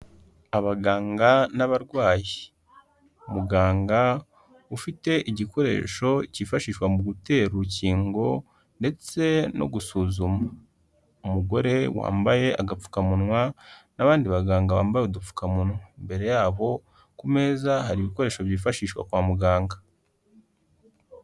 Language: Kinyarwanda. Abaganga n'abarwayi. Muganga ufite igikoresho cyifashishwa mu gutera urukingo ndetse no gusuzuma. Umugore wambaye agapfukamunwa n'abandi baganga bambaye udupfukamunwa. Imbere yabo ku meza, hari ibikoresho byifashishwa kwa muganga.